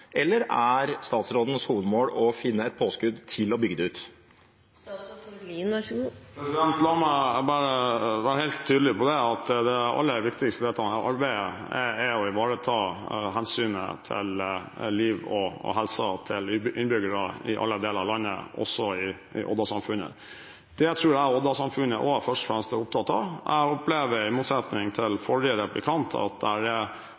Eller er statsrådens hovedmål å finne et påskudd for å bygge det ut? La meg være helt tydelig på at det aller viktigste med dette arbeidet er å ivareta hensynet til liv og helse for innbyggere i alle deler av landet, også i Odda-samfunnet. Det tror jeg Odda-samfunnet også først og fremst er opptatt av. Jeg opplever, i motsetning til forrige replikant, at det er